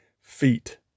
feet